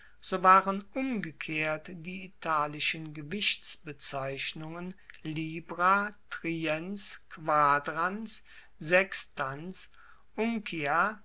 so waren umgekehrt die italischen gewichtsbezeichnungen libra triens quadrans